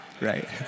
Right